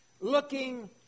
looking